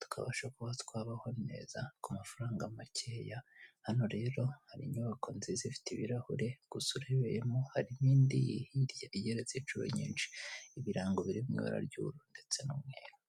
tukabasha kuba twabaho neza ku mafaranga makeya hano rero hari inyubako nziza ifite ibirahure gusa urebeyemo harimo indi igeretse inshuro nyinshi ibirango biri mu ibara ry'ubururu ndetse n'umweru.